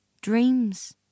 Dreams